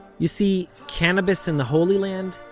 you see, cannabis in the holy land?